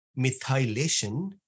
Methylation